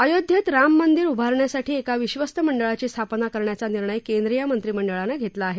अयोध्येत राममंदिर उभारण्यासाठी एका विश्वस्त मंडळाची स्थापना करण्याचा निर्णय केंद्रीय मंत्रिमंडळानं घेतला आहे